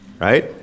right